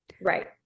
Right